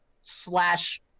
slash